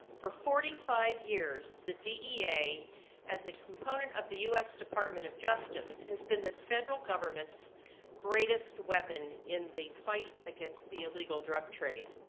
for forty five years, the dea, as a component of the u s. department of justice, has been the federal government's greatest weapon in the fight against the illegal drug trade.